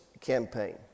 campaign